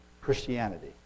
Christianity